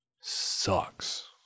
sucks